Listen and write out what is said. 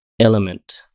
element